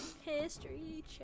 History